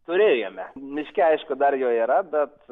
turėjome miške aišku dar jo yra bet